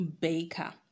Baker